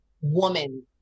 woman